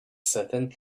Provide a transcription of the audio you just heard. certain